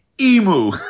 emu